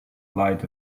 light